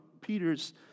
Peter's